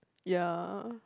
ya